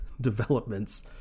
developments